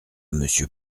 monsieur